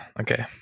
Okay